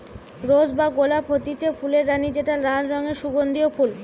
rose বা গোলাপ হতিছে ফুলের রানী যেটা লাল রঙের সুগন্ধিও ফুল